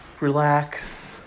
relax